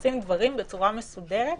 נעשים דברים בצורה מסודרת